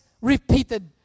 repeated